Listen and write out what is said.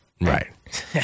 Right